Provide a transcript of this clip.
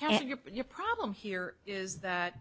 can you put your problem here is that